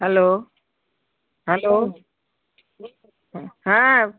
hello hello হ্যাঁ